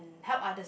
help others